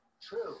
true